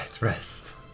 Rest